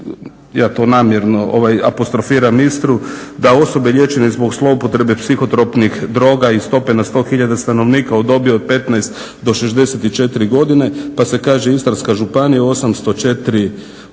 ja to namjerno apostrofiram Istru, da osobe liječene zbog zloupotrebe psihotropnih droga i stope na 100 tisuća stanovnika u dobi od 15 do 64 godine pa se kaže Istarska županija 804 ovisnika,